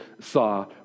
saw